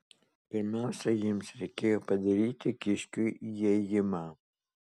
pirmiausia jiems reikėjo padaryti kiškiui įėjimą